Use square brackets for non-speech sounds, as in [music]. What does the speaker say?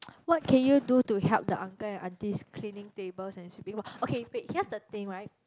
[noise] what can you do to help the uncle and aunties cleaning tables and sweeping floor okay wait here's the thing right